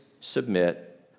submit